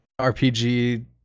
RPG